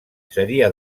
seria